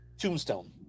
Tombstone